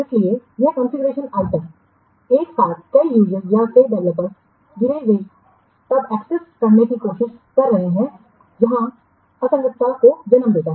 इसलिए एक configuration item एक साथ कई यूजर या कई डेवलपर्स जिन्हें वे तब एक्सेस करने की कोशिश कर रहे हैं यह असंगतता को जन्म देगा